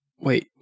wait